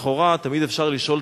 לכאורה תמיד אפשר לשאול,